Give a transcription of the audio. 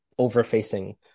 overfacing